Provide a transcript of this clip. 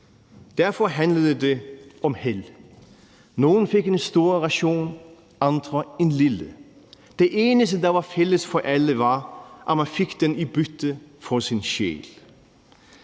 Derfor handlede det om held. Nogle fik en stor ration, andre fik en lille. Det eneste, der var fælles for alle, var, at man fik den i bytte for sin sjæl.